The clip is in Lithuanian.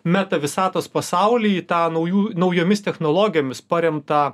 meta visatos pasaulį į tą naujų naujomis technologijomis paremtą